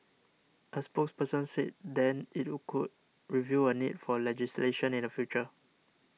a spokesperson said then it could review a need for legislation in the future